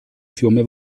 fiume